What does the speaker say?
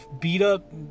beat-up